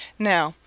now,